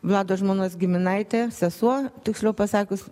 vlado žmonos giminaitė sesuo tiksliau pasakius